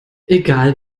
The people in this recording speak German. egal